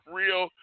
real